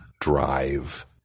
Drive